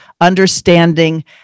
understanding